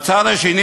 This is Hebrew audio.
מהצד השני,